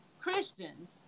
Christians